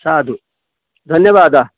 साधु धन्यवादः